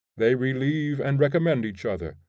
they relieve and recommend each other,